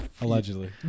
Allegedly